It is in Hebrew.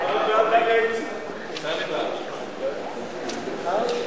להעביר את הצעת חוק הגנת הצרכן (תיקון מס' 31)